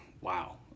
wow